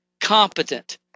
competent